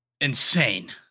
insane